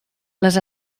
les